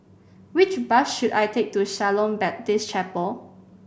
which bus should I take to Shalom Baptist Chapel